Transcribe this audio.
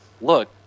look